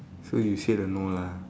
so you say the no lah